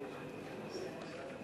נמנעים.